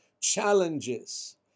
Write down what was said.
challenges